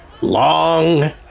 long